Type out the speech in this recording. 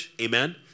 amen